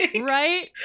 right